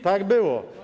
Tak było.